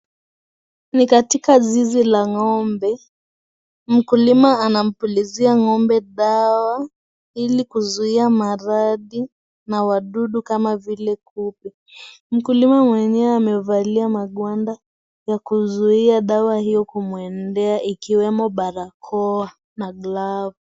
Ni katika zizi la ng'ombe mkulima anampulizia ng'ombe dawa ili kuzuia maradhi na wadudu kama vile kupe mkulima mwenyewe amevalia magwanda kuzuia dawa hiyo kumwendea ikiwemo barakoa na glavu.